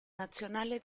nazionale